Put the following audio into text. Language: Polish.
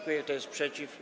Kto jest przeciw?